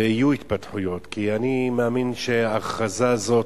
ויהיו התפתחויות, כי אני מאמין שההכרזה הזאת,